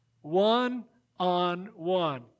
One-on-one